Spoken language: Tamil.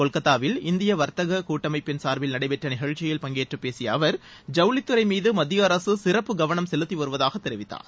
கொல்கத்தாவில் இந்திய வர்த்தக கூட்டமைப்பின் சார்பில் நடைபெற்ற நிகழ்ச்சில் பங்கேற்று பேசிய அவர் ஜவுளித்துறை மீது மத்திய அரசு சிறப்பு கவனம் செலுத்தி வருவதாக தெரிவித்தார்